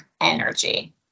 energy